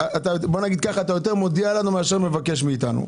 עכשיו אתה יותר מודיע לנו מאשר מבקש מאתנו.